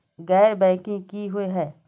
गैर बैंकिंग की हुई है?